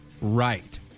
right